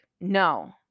no